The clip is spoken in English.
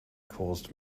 caused